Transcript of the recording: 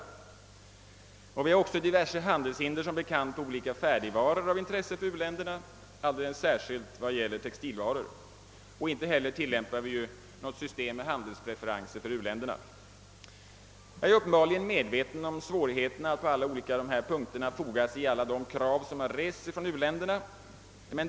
Som bekant har vi också vissa handelshinder beträffande färdigvaror av intresse för u-länderna, speciellt när det gäller textilvaror, och inte heller tillämpar vi något system med handelspreferenser för u-länder. Jag är klart medveten om svårigheterna att på alla dessa punkter foga sig i samtliga de krav som u-länderna rest.